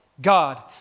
God